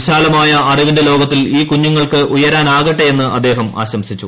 വിശാലമായ അറിവിന്റെ ലോകത്തിൽ ഈ കുഞ്ഞുങ്ങൾക്ക് ഉയരാനാകട്ടെയെന്ന് അദ്ദേഹം ആശംസിച്ചു